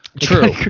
true